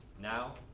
Now